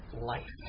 life